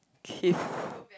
Keith